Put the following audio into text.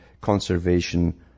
conservation